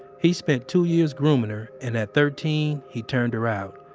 he spent two years grooming her and at thirteen he turned her out.